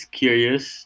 curious